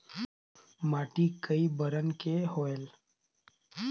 माटी कई बरन के होयल?